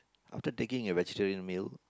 after taking a vegetarian meal